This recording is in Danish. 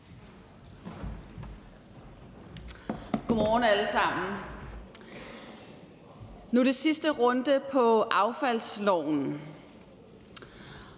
God morgen, alle sammen. Nu er det sidste runde om affaldsloven,